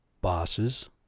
bosses